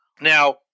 now